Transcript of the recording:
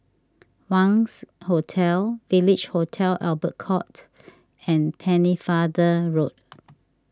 Wangz Hotel Village Hotel Albert Court and Pennefather Road